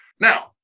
Now